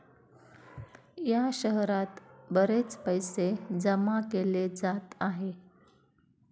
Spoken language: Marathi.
या शहरात बरेच पैसे जमा केले जात आहे